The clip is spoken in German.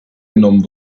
genommen